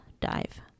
dive